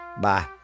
Bye